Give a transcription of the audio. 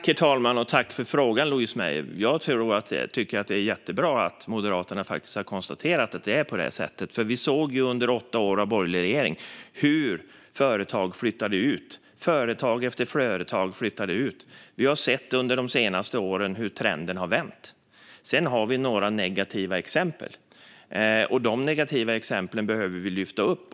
Herr talman! Tack för frågan, Louise Meijer! Jag tycker att det är jättebra att Moderaterna har konstaterat att det är på det här sättet. Vi såg under åtta år av borgerlig regering hur företag efter företag flyttade ut. Under de senaste åren har vi sett hur trenden har vänt. Sedan har vi några negativa exempel, och de negativa exemplen behöver vi lyfta upp.